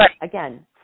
again